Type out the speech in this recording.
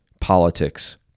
Politics